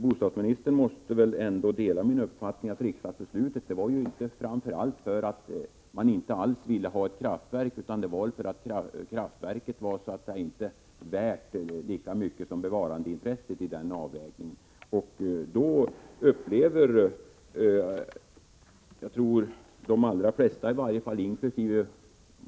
Bostadsministern måste väl ändå dela min uppfattning att riksdagsbeslutet inte framför allt fattades för att man inte ville ha ett kraftverk utan för att kraftverket så att säga inte var värt lika mycket som bevarandeintresset i den avvägningen. Jag tror att de allra flesta — inkl.